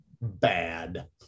bad